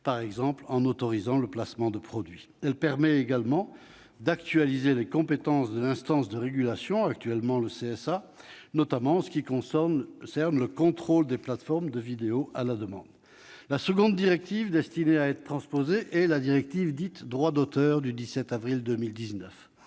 par exemple en autorisant le placement de produits. Elle permet également d'actualiser les compétences de l'instance de régulation- actuellement, le CSA -, notamment en ce qui concerne le contrôle des plateformes de vidéo à la demande. La deuxième directive destinée à être transposée est la directive dite Droit d'auteur du 17 avril 2019.